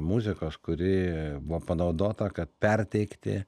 muzikos kuri buvo panaudota kad perteikti